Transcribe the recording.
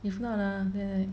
if not ah then